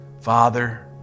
Father